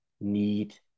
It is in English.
need